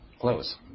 close